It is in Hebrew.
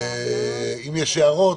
אם יש הערות,